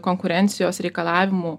konkurencijos reikalavimų